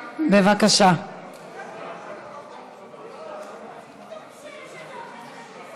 7936, 7947, 7969